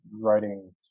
writing